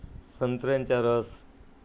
संत्र्यांच्या रस